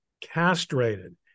castrated